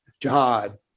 jihad